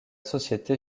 société